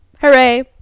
hooray